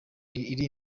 iri